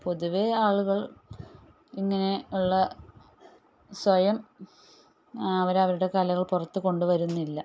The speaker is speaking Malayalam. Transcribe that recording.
പൊതുവെ ആളുകൾ ഇങ്ങനെയുള്ള സ്വയം അവരവരുടെ കലകൾ പുറത്തു കൊണ്ടുവരുന്നില്ല